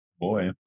boy